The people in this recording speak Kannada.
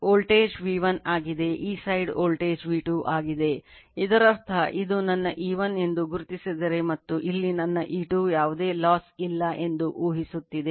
ಆದ್ದರಿಂದ V1 V2 E1 E2 N1 N2